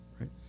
Right